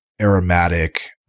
aromatic